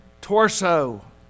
torso